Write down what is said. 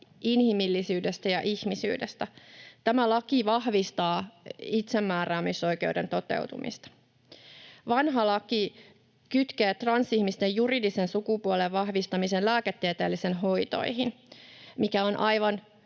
inhimillisyydestä ja ihmisyydestä. Tämä laki vahvistaa itsemääräämisoikeuden toteutumista. Vanha laki kytkee transihmisten juridisen sukupuolen vahvistamisen lääketieteellisiin hoitoihin, mikä on aivan